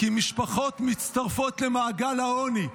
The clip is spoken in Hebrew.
כי משפחות מצטרפות למעגל העוני,